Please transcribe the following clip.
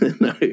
No